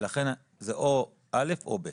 ולכן זה או א' או ב'.